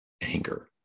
anger